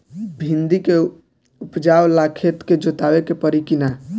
भिंदी के उपजाव ला खेत के जोतावे के परी कि ना?